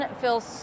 feels